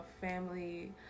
family